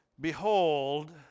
Behold